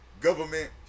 Government